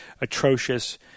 atrocious